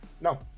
No